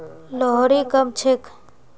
लोहड़ी कब छेक